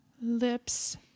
lips